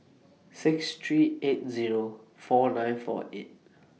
six three eight Zero four nine four eight